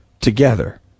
Together